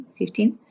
15